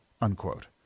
unquote